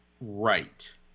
right